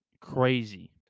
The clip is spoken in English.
crazy